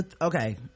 okay